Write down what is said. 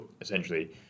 essentially